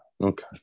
Okay